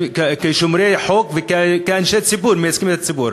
כשומרי חוק וכאנשי ציבור שמייצגים את הציבור.